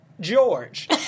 George